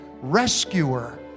Rescuer